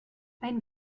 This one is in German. ein